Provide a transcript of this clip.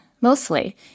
mostly